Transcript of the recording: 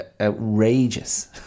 outrageous